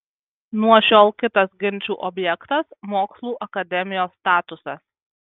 nuo šiol kitas ginčų objektas mokslų akademijos statusas